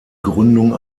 gründung